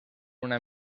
una